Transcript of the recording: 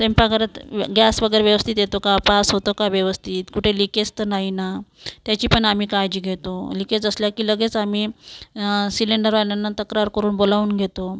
स्वयंपाकघरात गॅस वगैरे व्यवस्थित येतो का पास होतो का व्यवस्थित कुठे लिकेज तर नाही ना त्याची पण आम्ही काळजी घेतो लिकेज असला की लगेच आम्ही सिलेंडरवाल्यांना तक्रार करून बोलावून घेतो